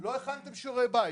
לא הכנתם שיעורי בית.